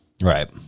Right